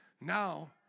Now